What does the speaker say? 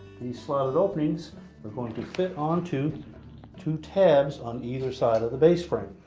these slotted openings are going to fit onto two tabs on either side of the base frame.